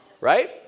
Right